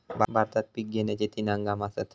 भारतात पिक घेण्याचे तीन हंगाम आसत